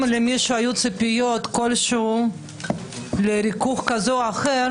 למישהו היו ציפיות כלשהן לריכוך כזה או אחר